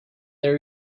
there